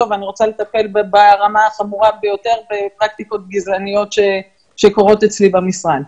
ואני רוצה לטפל ברמה החמורה ביותר בפרקטיקות גזעניות שקורות אצלי במשרד,